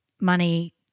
money